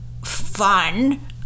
fun